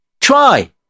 Try